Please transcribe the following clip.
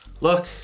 look